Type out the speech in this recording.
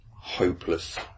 hopeless